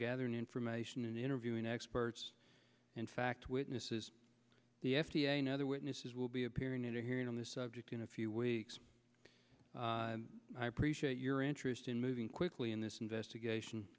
gathering information and interviewing experts in fact witnesses the f d a and other witnesses will be appearing at a hearing on this subject in a few weeks i appreciate your interest in moving quickly in this investigation